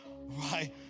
Right